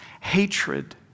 Hatred